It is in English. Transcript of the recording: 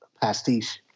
pastiche